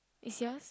is yours